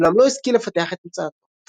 אולם לא השכיל לפתח את המצאתו.